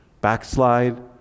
backslide